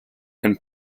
and